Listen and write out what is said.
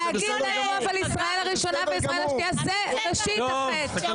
להגיד לנו ישראל הראשונה וישראל השנייה זה ראשית החטא.